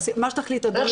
מה שתחליט, אדוני.